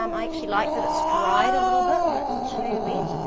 um i actually like that its dried a little bit. when it's too wet,